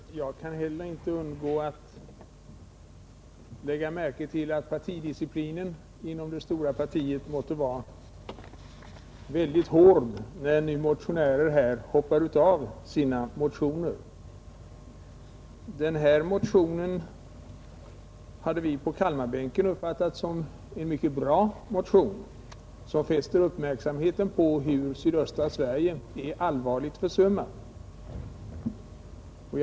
Herr talman! Inte heller jag har kunnat undgå att lägga märke till att partidisciplinen i det stora partiet blivit väldigt hård, när nu motionärer från detta parti hoppar av från sina motioner. Motion nr 1133 uppfattade vi på Kalmarbänken som en mycket bra motion, som fäster uppmärksamheten på hur allvarligt försummat sydöstra Sverige är.